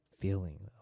feeling